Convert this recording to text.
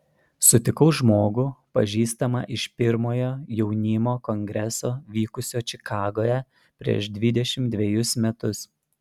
sutikau žmogų pažįstamą iš pirmojo jaunimo kongreso vykusio čikagoje prieš dvidešimt dvejus metus